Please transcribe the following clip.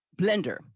blender